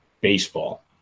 baseball